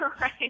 Right